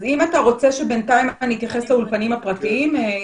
אז אתה רוצה שבינתיים אני אתייחס לאולפנים הפרטיים?